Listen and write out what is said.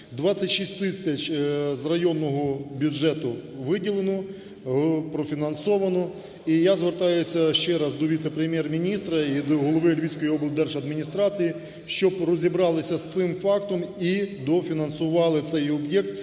26 тисяч з районного бюджету виділено, профінансовано. І я звертаюся ще раз до віце-прем'єр-міністра і до голови Львівської облдержадміністрації, щоб розібралися з тим фактом ідофінансували цей об'єкт,